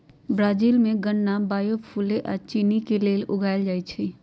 Brazil में गन्ना biofuel आ चिन्नी के लेल उगाएल जाई छई